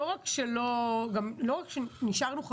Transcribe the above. לא רק שנשארנו חברות,